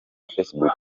facebook